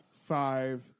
five